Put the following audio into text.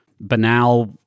banal